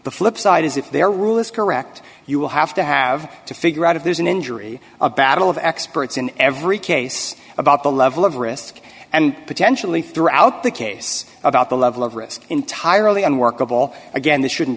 the flip side is if their rule is correct you will have to have to figure out if there's an injury a battle of experts in every case about the level of risk and potentially throughout the case about the level of risk entirely unworkable again this shouldn't